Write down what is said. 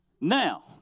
Now